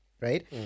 Right